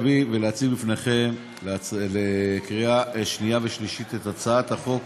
לעידו בן יצחק, שליווה את כל הצעת החוק הזאת,